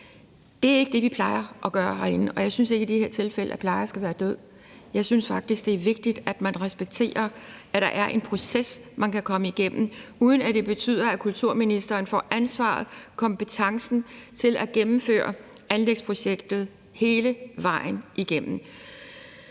Det er ikke det, vi plejer at gøre herinde, og jeg synes ikke, at plejer skal være død i det tilfælde. Jeg synes faktisk, det er vigtigt, at man respekterer, at der er en proces, man kan komme igennem, uden at det betyder, at kulturministeren får ansvaret, kompetencen til at gennemføre anlægsprojektet hele vejen igennem.